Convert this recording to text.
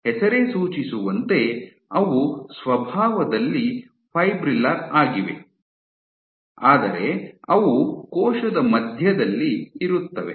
ಹೆಸರೇ ಸೂಚಿಸುವಂತೆ ಅವು ಸ್ವಭಾವದಲ್ಲಿ ಫೈಬ್ರಿಲ್ಲರ್ ಆಗಿವೆ ಆದರೆ ಅವು ಕೋಶದ ಮಧ್ಯದಲ್ಲಿ ಇರುತ್ತವೆ